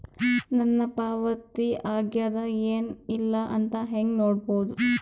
ನನ್ನ ಪಾವತಿ ಆಗ್ಯಾದ ಏನ್ ಇಲ್ಲ ಅಂತ ಹೆಂಗ ನೋಡುದು?